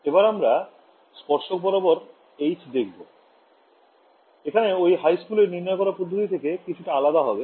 এবার আমরা দেখব H tangential এখানে ঐ হাইস্কুল এর derivation থেকে কিছুটা আলাদা হবে